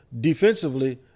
Defensively